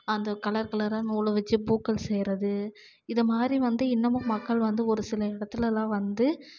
அந்த கலர் கலராக நூலை வச்சு பூக்கள் செய்யறது இதமாதிரி வந்து இன்னமும் மக்கள் வந்து ஒரு சில இடத்துலலாம் வந்து